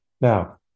Now